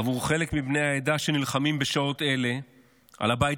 עבור חלק מבני העדה שנלחמים בשעות אלה על הבית